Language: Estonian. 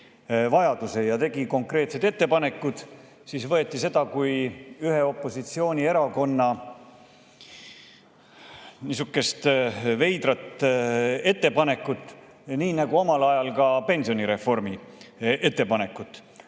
vajaduse ja tegi konkreetsed ettepanekud, siis võeti seda kui ühe opositsioonierakonna veidrat ettepanekut, nii nagu omal ajal ka pensionireformi ettepanekut.